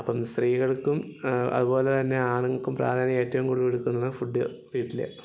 അപ്പം സ്ത്രീകൾക്കും അതുപോലെ തന്നെ ആണുങ്ങൾക്കും പ്രാധാന്യം ഏറ്റവും കൂടുതൽ എടുക്കുന്നത് ഫുഡ് വീട്ടിലെ